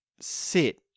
sit